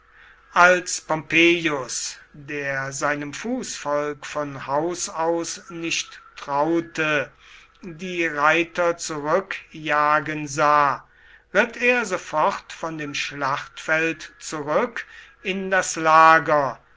als pompeius der seinem fußvolk von haus aus nicht traute die reiter zurückjagen sah ritt er sofort von dem schlachtfeld zurück in das lager